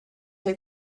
take